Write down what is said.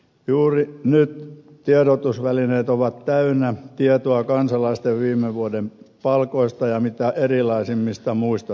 juuri nyt tiedotusvälineet ovat täynnä tietoa kansalaisten viime vuoden palkoista ja mitä erilaisimmista muista tuloista